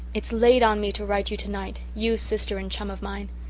it's laid on me to write you tonight you, sister and chum of mine.